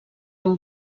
amb